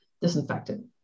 disinfectant